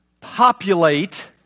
populate